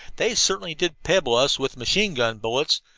they certainly did pebble us with machine-gun bullets!